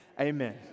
Amen